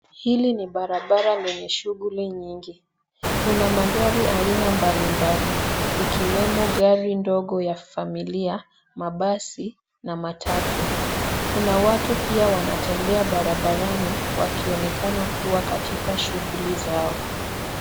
Hili ni barabara lenye shughuli nyingi. Kuna magari aina mbalimbali ikiwemo gari ndogo ya familia, mabasi na matatu. Kuna watu pia wanatembea barabarani wakionekana kuwa katika shughuli zao.